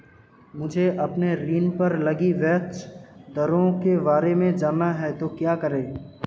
मुझे अपने ऋण पर लगी ब्याज दरों के बारे में जानना है तो क्या करें?